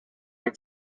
will